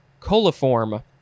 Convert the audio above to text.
coliform